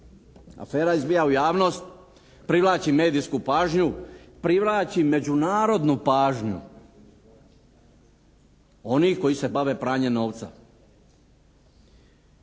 afera izbija u javnost, privlači medijsku pažnju, privlači međunarodnu pažnju onih koji se bave pranjem novca.